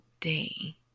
day